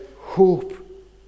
hope